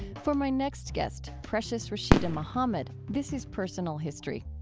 for my next guest, precious rasheeda muhammad, this is personal history.